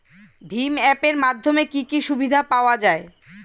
ভিম app এর মাধ্যমে কি কি সুবিধা পাওয়া যায়?